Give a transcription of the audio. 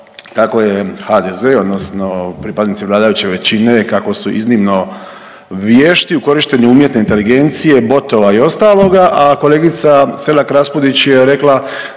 kako je HDZ, odnosno pripadnici vladajuće većine kako su iznimno vješti u korištenju umjetne inteligencije, botova i ostaloga, a kolegica Selak-Raspudić je rekla